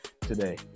today